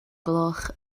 gloch